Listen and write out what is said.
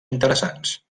interessants